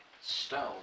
stone